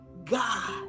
God